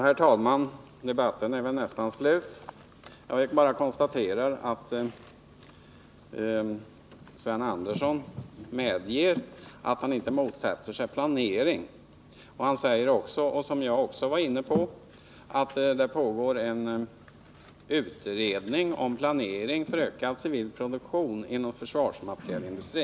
Herr talman! Debatten är väl nästan slut. Jag vill bara konstatera att Sven Andersson medger att han inte motsätter sig planering. Han säger också — vilket även jag var inne på — att det pågår en utredning om en planering för ökad civil produktion inom försvarsmaterielindustrin.